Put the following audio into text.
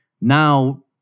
Now